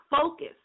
Focus